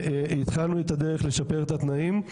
התחלנו את הדרך לשפר את התנאים.